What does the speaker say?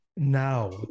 Now